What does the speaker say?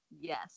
yes